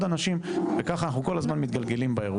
אנשים וככה אנחנו כל הזמן מתגלגלים באירוע הזה.